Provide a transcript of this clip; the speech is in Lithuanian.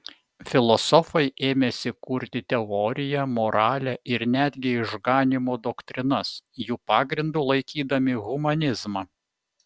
filosofai ėmėsi kurti teoriją moralę ir netgi išganymo doktrinas jų pagrindu laikydami humanizmą